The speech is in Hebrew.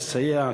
לסייע,